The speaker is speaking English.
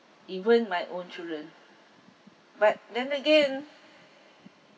even my own children but then again